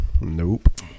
Nope